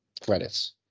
credits